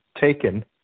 taken